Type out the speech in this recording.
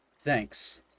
Thanks